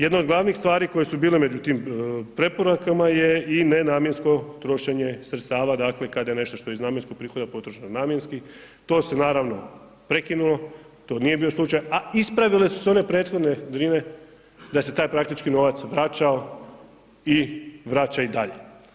Jedna od glavnih stvari koje su bile među tim preporukama je i nenamjensko trošenje sredstava, dakle kada je nešto što je iz namjenskog prihoda potrošeno nenamjenski, to se naravno prekinulo, to nije bio slučaj a ispravile su se one prethodne drine da se taj praktički novac vraćao i vraća i dalje.